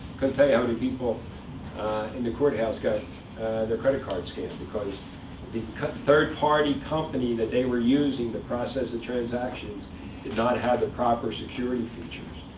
couldn't tell you how many people in the courthouse got their credit cards scammed, because the third-party company that they were using to process the transactions did not have the proper security features.